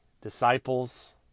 disciples